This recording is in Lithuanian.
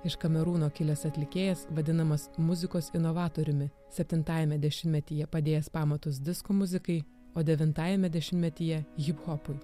iš kamerūno kilęs atlikėjas vadinamas muzikos novatoriumi septintajame dešimtmetyje padėjęs pamatus disko muzikai o devintajame dešimtmetyje hiphopui